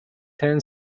ten